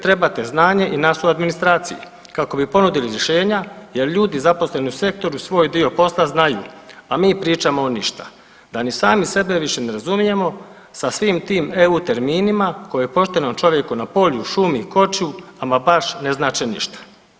Trebate znanje i nas u administraciji kako bi ponudili rješenja, jer ljudi zaposleni u sektoru svoj dio posla znaju, a mi pričamo u ništa, da ni sami sebe više ne razumijemo sa svim tim EU terminima koji poštenom čovjeku na polju, šumi, koči ama baš ne znače ništa.